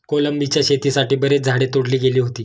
कोलंबीच्या शेतीसाठी बरीच झाडे तोडली गेली होती